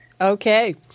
Okay